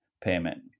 payment